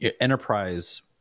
enterprise